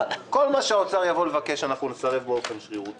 כל מה שמשרד האוצר יבוא לבקש אנחנו נסרב לו באופן שרירותי,